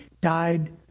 died